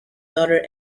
daughter